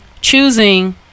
choosing